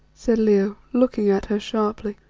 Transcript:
said leo, looking at her sharply.